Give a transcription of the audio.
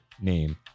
name